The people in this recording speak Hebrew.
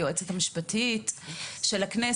היועצת המשפטית של הוועדה.